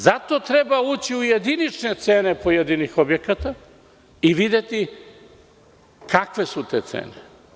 Zato treba ući u jedinične cene pojedinih objekata i videti kakve su te cene.